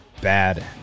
bad